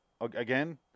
again